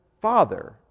Father